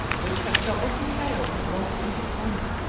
which had so often failed with loss and dishonor.